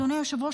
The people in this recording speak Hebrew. אדוני היושב-ראש,